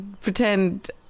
pretend